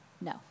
No